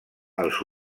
els